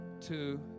two